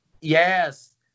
Yes